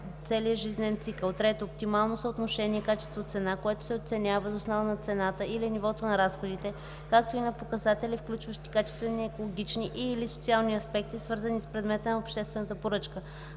целия жизнен цикъл; 3. оптимално съотношение качество/цена, което се оценява въз основа на цената или нивото на разходите, както и на показатели, включващи качествени, екологични и/или социални аспекти, свързани с предмета на обществената поръчка.